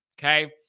okay